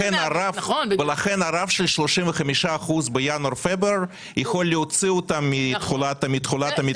לכן הרף של 35 אחוזים בינואר-פברואר יכול להוציא אותם מתחולת המתווה.